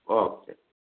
okay